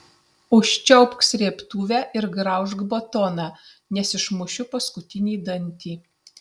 užčiaupk srėbtuvę ir graužk batoną nes išmušiu paskutinį dantį